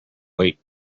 wait